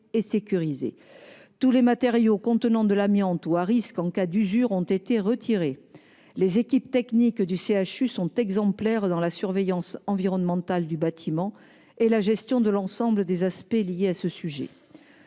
et sécurisés. Tous les matériaux contenant de l'amiante et à risque, en cas d'usure, ont été retirés. Les équipes techniques du CHU sont exemplaires dans la surveillance environnementale du bâtiment et la gestion de l'ensemble des aspects liés à ce sujet.